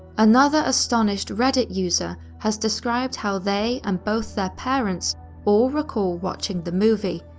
another astonished reddit user has described how they and both their parents all recall watching the movie,